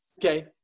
Okay